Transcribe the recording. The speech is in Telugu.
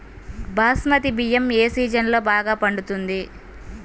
బాస్మతి బియ్యం ఏ సీజన్లో బాగా పండుతుంది?